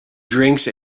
drinks